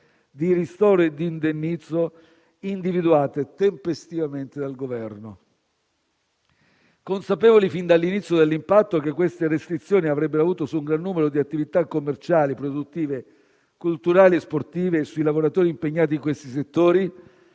di ristoro e di indennizzo individuate tempestivamente dal Governo. Consapevoli fin dall'inizio dell'impatto che queste restrizioni avrebbero avuto su un gran numero di attività commerciali, produttive, culturali e sportive e sui lavoratori impegnati in questi settori,